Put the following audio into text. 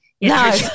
No